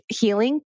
healing